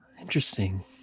Interesting